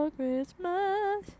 Christmas